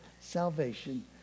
salvation